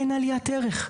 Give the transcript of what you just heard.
אין עליית ערך.